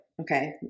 Okay